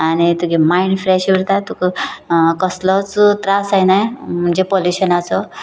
आनी तुगे mind fresh उरता तुका कसलोच त्रास जायना म्हणजें पॉल्युशनाचो